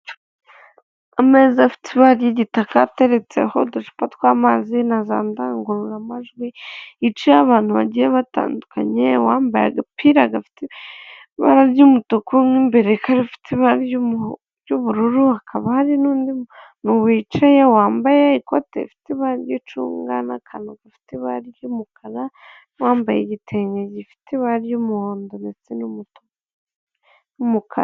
Ameza afite ibara ry'igitaka ateretseho uducupa tw'amazi na za ndangururamajwi yicayeho abantu bagiye batandukanye bambaye agapira gafite ibara ry'umutuku mo imbere gafite ibara ry'ubururu, hakaba hari n'undi wicaye wambaye ikoti rifite ibara ry'icunga, n'akantu gafite ibara ry'umukara, wambaye igitenge gifite ibara ry'umuhondo ndetse n'umutuku n'umukara.